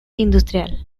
industrial